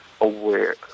aware